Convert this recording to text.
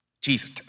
Jesus